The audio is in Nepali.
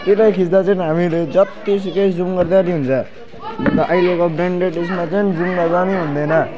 त्यसले खिच्दा चाहिँ हामीले जत्तिसुकै जुम गर्दा पनि हुन्छ अन्त अहिलेको ब्रान्डेड उसमा चाहिँ जुम गर्दा नि हुँदैन